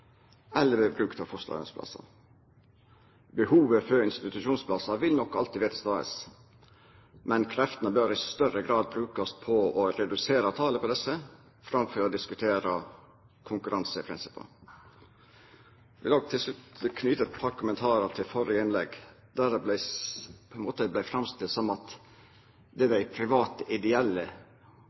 eller ved bruk av fosterheimsplassar. Behovet for institusjonsplassar vil nok alltid vera til stades, men kreftene bør ein i større grad bruka på å redusera talet på desse framfor å diskutera konkurranseprinsippa. Eg vil òg til slutt knyta eit par kommentarar til det førre innlegget, der det på ein måte blei framstilt som at det er dei private ideelle